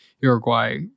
Uruguay